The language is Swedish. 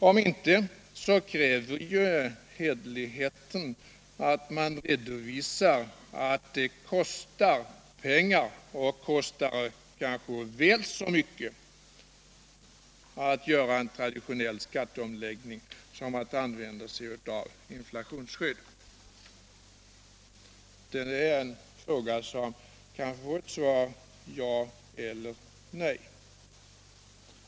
Om inte kräver ju hederligheten att de redovisar att det kostar pengar att göra en traditionell skatteomläggning, kanske väl så mycket som det kostar att använda sig av inflationsskydd. Detta är en fråga som kan få svar med ett ja eller ett nej.